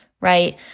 right